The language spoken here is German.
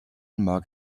mag